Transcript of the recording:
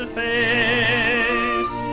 face